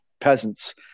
peasants